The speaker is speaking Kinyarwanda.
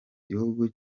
gihugu